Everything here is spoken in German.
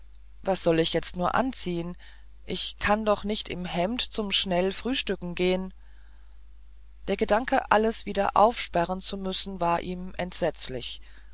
was soll ich jetzt nur anziehen ich kann doch nicht im hemd zum schnell frühstücken gehen der gedanke alles wieder aufsperren zu müssen war ihm entsetzlich